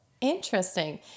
Interesting